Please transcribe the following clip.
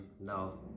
No